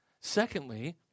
Secondly